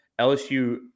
LSU